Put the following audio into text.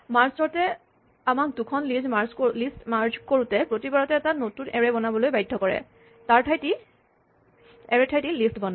merge sort এ আমাক দুখন লিষ্ট মাৰ্জ কৰোতে প্ৰতিবাৰতে এটা নতুন এৰে বনাবলৈ বাধ্য কৰে তাৰ ঠাইত ই লিষ্ট বনায়